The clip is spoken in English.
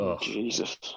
Jesus